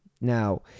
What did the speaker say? now